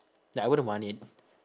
like I wouldn't want it